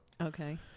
okay